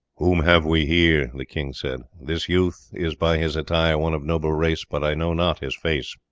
whom have we here? the king said. this youth is by his attire one of noble race, but i know not his face.